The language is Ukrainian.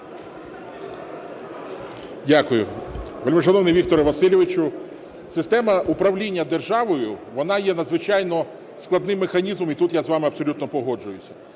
Дякую. Вельмишановний Вікторе Васильовичу, система управління державою, вона є надзвичайно складним механізмом, і тут я з вами абсолютно погоджуюся.